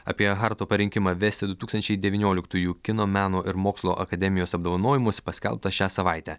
apie harto parinkimą vesti du tūkstančiai devynioliktųjų kino meno ir mokslo akademijos apdovanojimus paskelbta šią savaitę